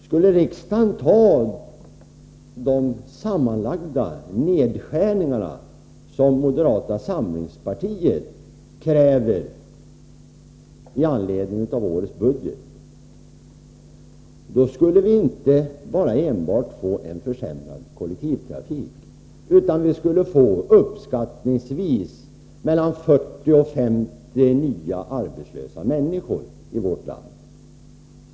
Skulle riksdagen besluta att genomföra de sammanlagda nedskärningar som moderata samlingspartiet kräver med anledning av årets budget, skulle vi inte enbart få en försämrad kollektivtrafik utan vi skulle få uppskattningsvis mellan 40 000 och 50 000 nya arbetslösa människor i vårt land.